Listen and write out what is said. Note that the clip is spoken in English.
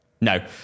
No